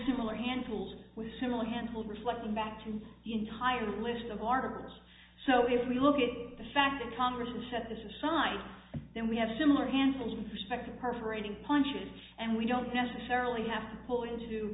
similar handles with similar handle reflecting back to the entire list of articles so if we look at the fact that congress is set aside then we have similar handles perspective perforating punches and we don't necessarily have to pull into